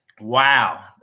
Wow